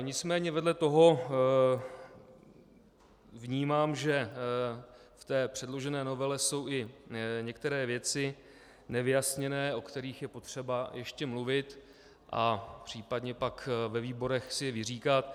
Nicméně vedle toho vnímám, že v předložené novele jsou i některé věci nevyjasněné, o kterých je potřeba ještě mluvit a případně pak ve výborech si vyříkat.